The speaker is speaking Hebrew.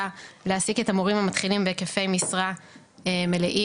להעסיק את המורים המתחילים בהיקפי משרה מלאים.